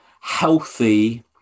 healthy